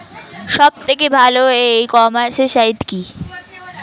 সব থেকে ভালো ই কমার্সে সাইট কী?